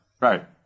Right